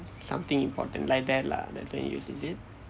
something important like that lah that we can use is it